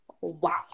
wow